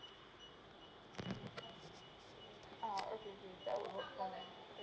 ah okay okay that will work thank